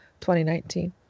2019